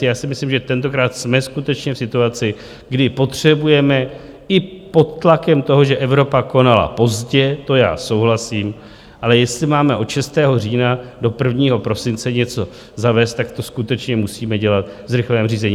Já si myslím, že tentokrát jsme skutečně v situaci, kdy potřebujeme i pod tlakem toho, že Evropa konala pozdě, to já souhlasím, ale jestli máme od 6. října do 1. prosince něco zavést, tak to skutečně musíme dělat v zrychleném řízení.